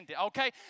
Okay